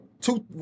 Two